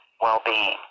well-being